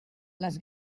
les